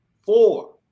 four